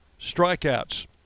strikeouts